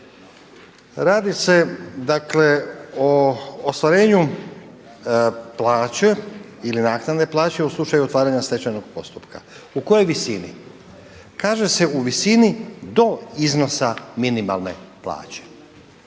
dakle o ostvarenju plaće ili naknade plaće u slučaju otvaranja stečajnog postupka. U kojoj visini? Kaže se u visini do iznosa minimalne plaće.